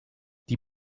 die